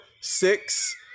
six